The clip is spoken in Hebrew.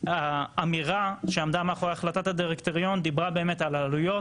האמירה שעמדה מאחורי החלטת הדירקטוריון דיברה על העלויות,